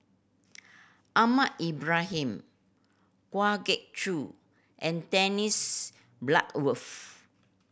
Ahmad Ibrahim Kwa Geok Choo and Dennis Bloodworth